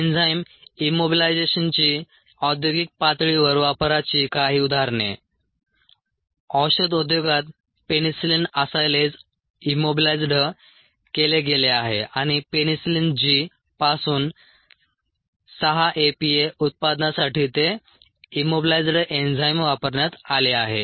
enzyme इमोबिलायझेशनची औद्योगिक पातळीवर वापराची काही उदाहरणे औषध उद्योगात पेनिसिलिन असायलेज इम्मोबिलायइझ्ड केले गेले आहे आणि पेनिसिलिन G पासून 6 APA उत्पादनासाठी ते इम्मोबिलायइझ्ड एन्झाइम वापरण्यात आले आहे